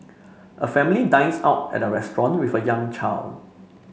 a family dines out at a restaurant with a young child